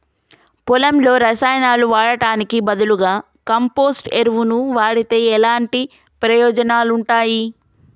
పొలంలో రసాయనాలు వాడటానికి బదులుగా కంపోస్ట్ ఎరువును వాడితే ఎలాంటి ప్రయోజనాలు ఉంటాయి?